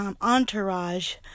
entourage